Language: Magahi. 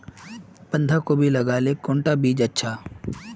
बंधाकोबी लगाले कुंडा बीज अच्छा?